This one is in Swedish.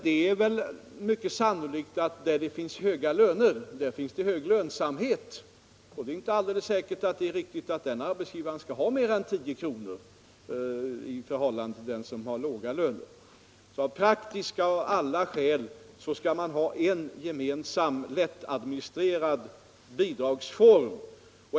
Det är väl mycket sannolikt att om lönerna är högre är också lönsamheten högre, och då är det inte riktigt att arbetsgivaren skall ha mer än 10 kr. i förhållande till den som har låga löner. Av praktiska och andra skäl skall man alltså ha en gemensam, lättadministrerad bidragsform.